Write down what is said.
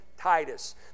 Titus